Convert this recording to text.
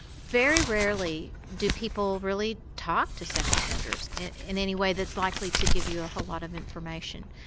very rarely do people really talk to sex offenders in any way that's likely to give you a whole lot of information.